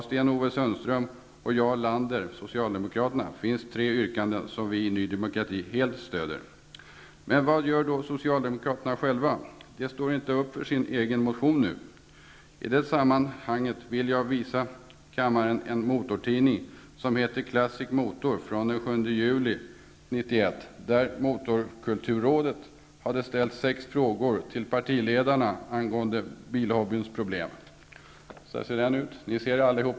Socialdemokraterna finns tre yrkanden som vi i Ny demokrati helt stöder. Men vad gör socialdemokraterna själva? De står inte upp för sin egen motion nu! I detta sammanhang vill jag för kammaren visa en motortidning som heter Classic Motor från den 7 juli 1991, där Motorkulturrådet hade ställt sex frågor till partiledarna angående bilhobbyns problem.